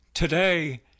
Today